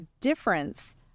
difference